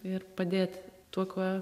ir padėt tuo kuo